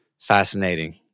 Fascinating